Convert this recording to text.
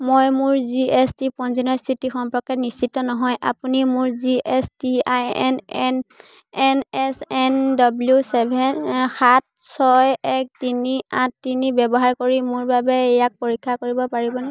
মই মোৰ G S T পঞ্জীয়নৰ স্থিতি সম্পৰ্কে নিশ্চিত নহয় আপুনি মোৰ G S T I N N N S N W seven সাত ছয় এক তিনি আঠ তিনি ব্যৱহাৰ কৰি মোৰ বাবে ইয়াক পৰীক্ষা কৰিব পাৰিবনে